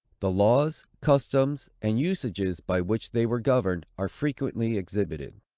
the laws, customs, and usages, by which they were governed, are frequently exhibited.